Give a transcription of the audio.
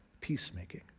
peacemaking